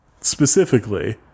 specifically